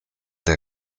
der